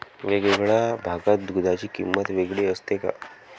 वेगवेगळ्या भागात दूधाची किंमत वेगळी असते का?